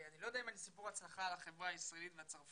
אני לא יודע אם אני סיפור הצלחה לחברה הישראלית והצרפתית,